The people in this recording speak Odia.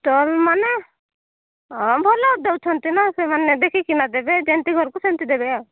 ଷ୍ଟଲ୍ ମାନେ ହଁ ଭଲ ଦେଉଛନ୍ତି ନାଁ ସେମାନେ ଦେଖିକିନା ଦେବେ ଯେମିତି ଘରକୁ ସେମତି ଦେବେ ଆଉ